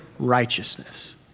righteousness